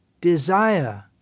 desire